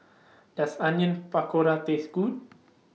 Does Onion Pakora Taste Good